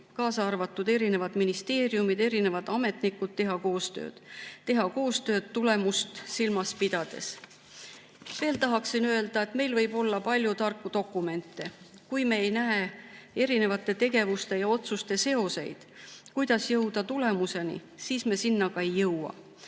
kaasa arvatud ministeeriumidel ja ametnikel, teha koostööd, teha koostööd tulemust silmas pidades. Veel tahan öelda, et meil võib olla palju tarku dokumente. Kui me ei näe erinevate tegevuste ja otsuste seoseid, kuidas jõuda tulemuseni, siis me selleni ka ei jõua.